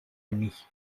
ennemis